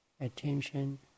attention